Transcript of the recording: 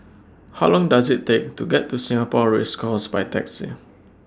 How Long Does IT Take to get to Singapore Race Course By Taxi